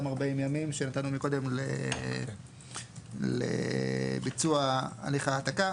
40 ימים שנתנו מקודם לביצוע הליך ההעתקה?